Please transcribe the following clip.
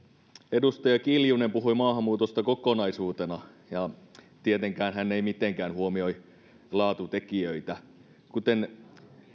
edustaja kiljunen puhui maahanmuutosta kokonaisuutena ja tietenkään hän ei mitenkään huomioi laatutekijöitä kuten